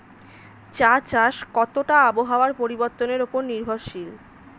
চা চাষ কতটা আবহাওয়ার পরিবর্তন উপর নির্ভরশীল?